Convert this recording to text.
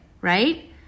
right